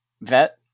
vet